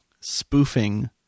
spoofing